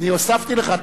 אני הוספתי לך.